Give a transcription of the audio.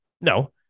No